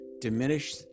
diminish